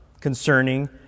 concerning